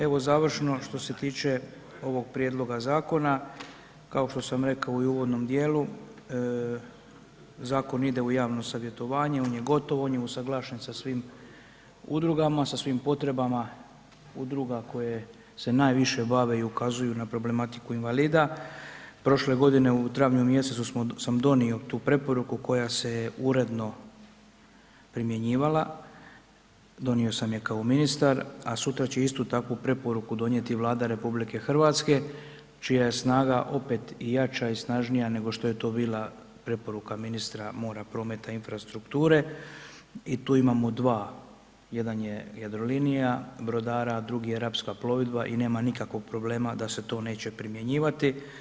Evo završno što se tiče ovog prijedloga zakona, kao što sam rekao i u uvodnom djelu, zakon ide u javno savjetovanje, on je gotovo, on je usuglašen sa svim udrugama, sa svim potrebama udruga koje se najviše bave i ukazuju na problematiku invalida, prošle godine u travnju mjesecu dok sam donio tu preporuku koja se uredno primjenjivala, donio sam je kao ministar a sutra će istu takvu preporuku donijeti Vlada RH čija je snaga opet jača i snažnija nego što je to bila preporuka ministra mora, prometa i infrastrukture i tu imamo dva, jedan je Jadrolinija brodara a drugi je Rapska plovidba i nema nikakvog problema da se to neće primjenjivati.